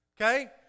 okay